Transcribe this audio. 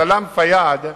סלאם פיאד.